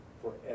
forever